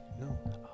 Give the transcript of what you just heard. No